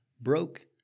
broke